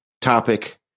topic